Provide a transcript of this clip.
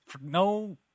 no –